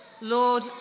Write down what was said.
Lord